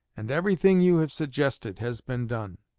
and everything you have suggested has been done